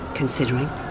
considering